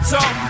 Talk